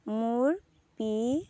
মোৰ পি